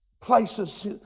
places